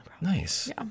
Nice